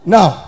Now